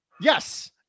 Yes